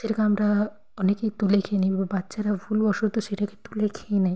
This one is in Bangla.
সেটাকে আমরা অনেকেই তুলে খেয়ে নিই বা বাচ্চারা ভুলবশত সেটাকে তুলে খেয়ে নেয়